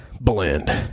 blend